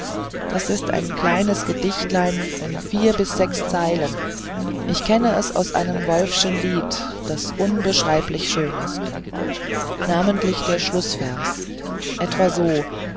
das ist ein kleines gedichtlein von vier bis sechs zeilen ich kenne es aus einem wolffschen lied das unbeschreiblich schön ist namentlich der schlußvers etwa so